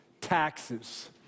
taxes